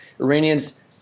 Iranians